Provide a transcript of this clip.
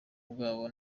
bwabo